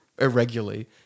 irregularly